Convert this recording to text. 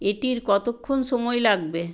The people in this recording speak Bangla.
এটির কতক্ষণ সময় লাগবে